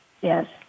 Yes